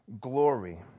glory